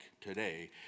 today